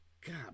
God